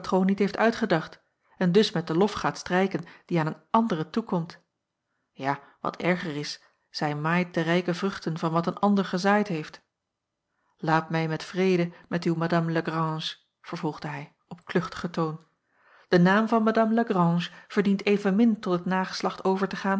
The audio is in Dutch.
niet heeft uitgedacht en dus met den lof gaat strijken die aan een andere toekomt ja wat erger is zij maait de rijke vruchten van wat een ander gezaaid heeft jacob van ennep aat mij met vrede met uw madame lagrange vervolgde hij op kluchtigen toon de naam van madame lagrange verdient evenmin tot het nageslacht over te gaan